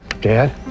Dad